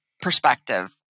perspective